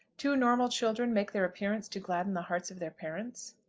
two normal children make their appearance to gladden the hearts of their parents?